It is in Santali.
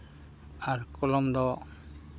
ᱟᱨ ᱠᱚᱞᱚᱢ ᱫᱚ